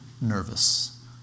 nervous